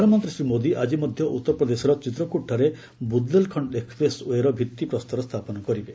ପ୍ରଧାନମନ୍ତ୍ରୀ ଶ୍ରୀ ମୋଦୀ ଆକି ମଧ୍ୟ ଉତ୍ତରପ୍ରଦେଶର ଚିତ୍ରକୁଟଠାରେ ବୁନ୍ଦେଲଖଣ୍ଡ ଏକ୍ଟପ୍ରେସ୍ ଓ୍ୱେ ର ଭିଭି ପ୍ରସ୍ତର ସ୍ଥାପନ କରିବେ